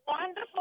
wonderful